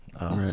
right